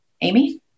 Amy